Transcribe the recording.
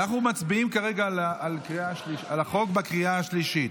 אנחנו מצביעים כרגע על החוק בקריאה השלישית.